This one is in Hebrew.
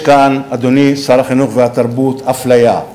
יש כאן, אדוני שר החינוך והתרבות, אפליה.